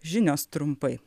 žinios trumpai